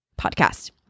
podcast